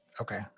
Okay